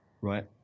right